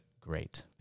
great